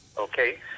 okay